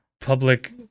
public